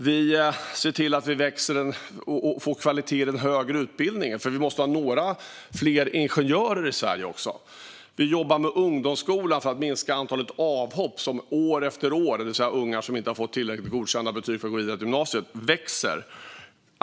Vi ser till att vi växer och får kvalitet i den högre utbildningen, för vi måste ha några fler ingenjörer i Sverige också. Vi jobbar med ungdomsskola för att minska antalet avhopp. Det handlar om ungar som inte har fått tillräckliga betyg för att gå vidare till gymnasiet. Antalet har vuxit år efter år.